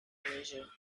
leisure